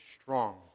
strong